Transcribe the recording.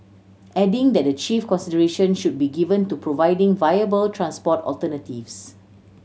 adding that the chief consideration should be given to providing viable transport alternatives